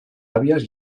àvies